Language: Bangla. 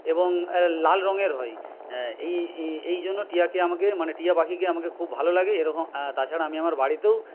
এবং লাল রঙের হয় এই এই এই জন্য টিয়াকে আমাকে মানে টিয়া পাখিকে আমাকে খুব ভালো লাগে এরকম তাছাড়া আমি আমার বাড়িতেও